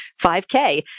5K